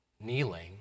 kneeling